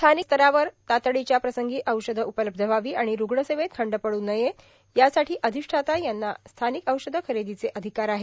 स्थानिक स्तरावर तातडीच्या प्रसंगी औषधे उपलब्ध व्हावी आणि रुग्णसेवेत खंड पड्न नयेत यासाठी अधिष्ठाता यांना स्थानिक औषध खरेदीचे अधिकार आहेत